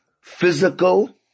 physical